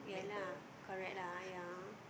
yeah lah correct lah yeah